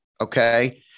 okay